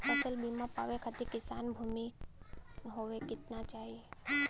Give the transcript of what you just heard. फ़सल बीमा पावे खाती कितना भूमि होवे के चाही?